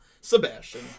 Sebastian